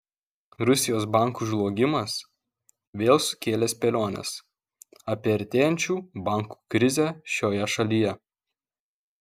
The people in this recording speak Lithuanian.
rusijos bankų žlugimas vėl sukėlė spėliones apie artėjančių bankų krizę šioje šalyje